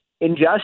injustice